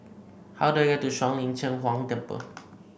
how do I get to Shuang Lin Cheng Huang Temple